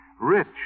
rich